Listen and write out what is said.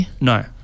No